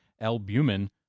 albumin